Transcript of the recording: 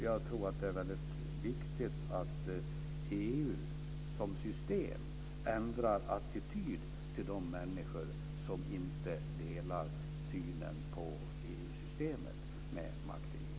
Jag tror att det är väldigt viktigt att EU ändrar attityd till de människor som inte delar synen på EU-systemet med makteliterna.